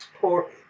Poor